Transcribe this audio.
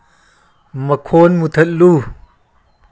ꯃꯈꯣꯜ ꯃꯨꯊꯠꯂꯨ